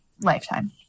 lifetime